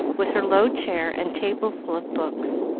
with her low chair and table full of books.